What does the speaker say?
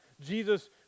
Jesus